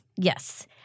Yes